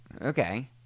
Okay